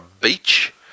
beach